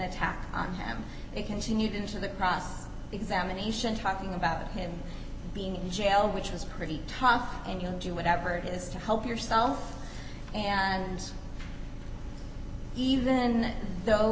attack on him he continued into the cross examination talking about him being in jail which was pretty tough and you do whatever it is to help yourself and even though